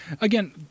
Again